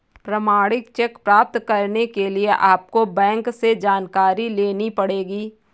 प्रमाणित चेक प्राप्त करने के लिए आपको बैंक से जानकारी लेनी पढ़ेगी